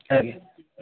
ଆଜ୍ଞା